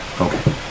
Okay